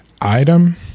item